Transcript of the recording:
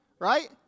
Right